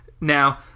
Now